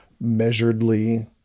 measuredly